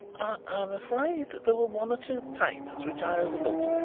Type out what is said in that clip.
i am afraid that there were one or two papers which i overlooked.